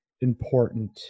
important